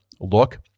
look